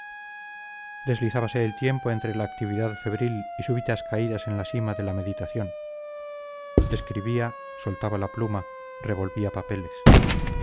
trabajar deslizábase el tiempo entre la actividad febril y súbitas caídas en la sima de la meditación escribía soltaba la pluma revolvía papeles